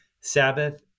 Sabbath